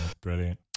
brilliant